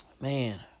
Man